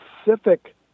specific